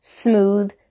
smooth